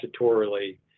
statutorily